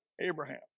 Abraham